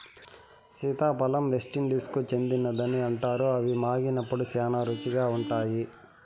సీతాఫలం వెస్టిండీస్కు చెందినదని అంటారు, ఇవి మాగినప్పుడు శ్యానా రుచిగా ఉంటాయి